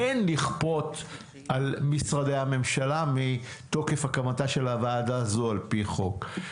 כן לכפות על משרדי הממשלה מתוקף הקמתה של הוועדה הזו על פי חוק.